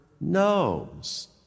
knows